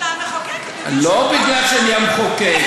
אתה המחוקק, לא מפני שאני המחוקק.